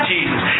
Jesus